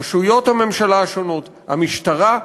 רשויות הממשלה השונות, המשטרה,